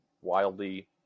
wildly